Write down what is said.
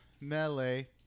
melee